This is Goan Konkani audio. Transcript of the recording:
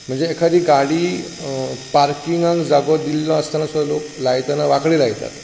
म्हणजे एखादी गाडी पार्कींगाक जागो दिल्लो आसताना सुद्दां लोक लायतना वांकडी लायतात